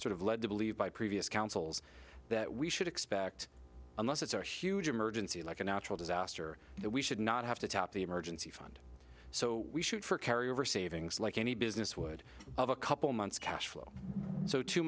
sort of led to believe by previous councils that we should expect unless it's a huge emergency like a natural disaster we should not have to tap the emergency fund so we shoot for carry over savings like any business would have a couple months cash flow so two